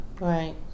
Right